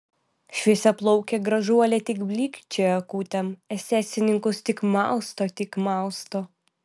šviesiaplaukė gražuolė tik blykčioja akutėm esesininkus tik mausto tik mausto